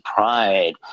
Pride